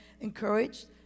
encouraged